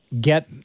get